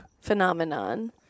phenomenon